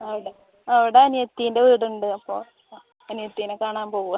അവിടെ അവിടെ അനിയത്തിൻ്റെ വീടുണ്ട് അപ്പോൾ അനിയത്തിയെ കാണാൻ പോവാ